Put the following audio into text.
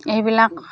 এইবিলাক